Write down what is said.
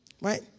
Right